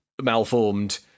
malformed